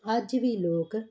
ਅੱਜ ਵੀ ਲੋਕ